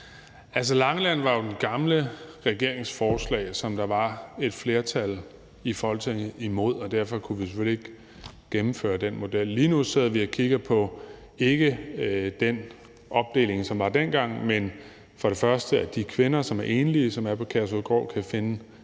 Altså, Langeland var jo den gamle regerings forslag, som der var et flertal i Folketinget imod, og derfor kunne vi selvfølgelig ikke gennemføre den model. Lige nu sidder vi ikke og kigger på den opdeling, som der var dengang, men på, at de kvinder, som er enlige og er på Kærshovedgård, kan finde et andet